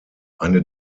eine